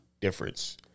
difference